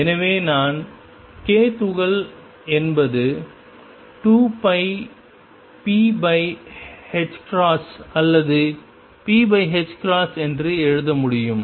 எனவே நான் k துகள் என்பது 2πph அல்லது p என்று எழுத முடியும்